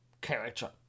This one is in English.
character